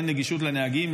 אין נגישות לנהגים,